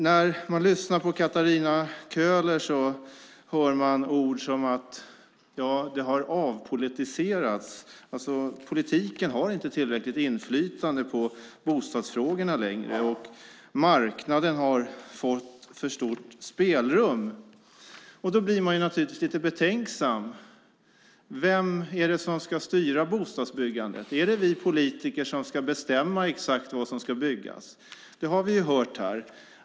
När man lyssnar på Katarina Köhler hör man ord som att det har avpolitiserats, alltså att politiken inte har tillräckligt inflytande på bostadsfrågorna längre, och att marknaden har fått för stort spelrum. Då blir man naturligtvis lite betänksam. Vem är det som ska styra bostadsbyggandet? Är det vi politiker som ska bestämma exakt vad som ska byggas? Det har vi ju hört här.